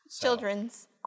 Children's